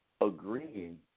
agreeing